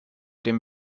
dem